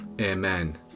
amen